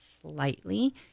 slightly